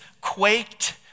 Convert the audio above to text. quaked